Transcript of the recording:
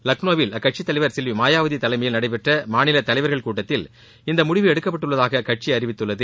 லக்னோவில் அக்கட்சித் தலைவர் செல்வி மாயாவதி தலைமையில் நடைபெற்ற மாநில தலைவர்கள் கூட்டத்தில் இந்த முடிவு எடுக்கப்பட்டுள்ளதாக அக்கட்சி அறிவித்துள்ளது